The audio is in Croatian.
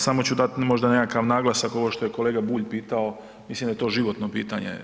Samo ću dati možda nekakav naglasak, ovo što je kolega Bulj pitao, mislim da je to životno pitanje.